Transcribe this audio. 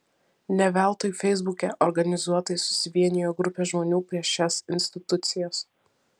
ne veltui feisbuke organizuotai susivienijo grupė žmonių prieš šias institucijas